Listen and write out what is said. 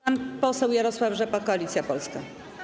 Pan poseł Jarosław Rzepa, Koalicja Polska.